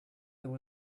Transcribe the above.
there